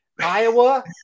Iowa